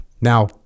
Now